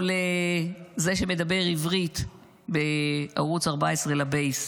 או לזה שמדבר עברית בערוץ 14 לבייס.